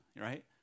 right